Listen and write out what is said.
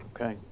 Okay